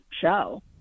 show